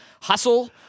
Hustle